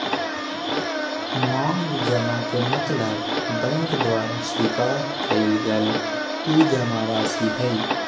मांग जमा के मतलब बैंक द्वारा स्वीकार कइल गल उ जमाराशि हइ